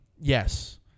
Yes